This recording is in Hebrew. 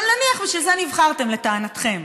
אבל נניח שלשם זה נבחרתם, לטענתכם.